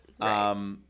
Right